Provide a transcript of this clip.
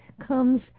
comes